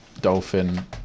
Dolphin